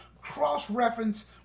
cross-reference